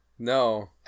No